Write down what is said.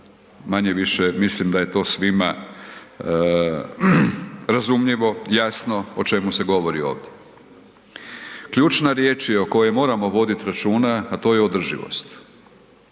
manje-više mislim da je to svima razumljivo, jasno o čemu se govori ovdje. Ključna riječ je o kojoj moramo vodit računa, a to je održivost.